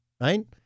right